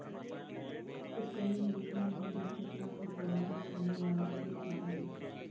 sustainability या निरंतरता को प्रभावित करने वाले कई कारक हैं